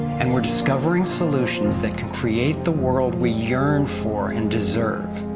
and we're discovering solutions that can create the world we yearn for and deserve.